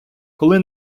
коли